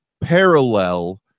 parallel